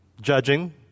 judging